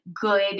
good